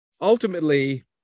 ultimately